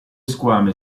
squame